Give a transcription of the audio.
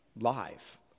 live